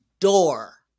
Door